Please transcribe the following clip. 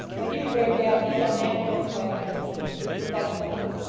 my dear haredale, these are natural class distinctions, depend upon it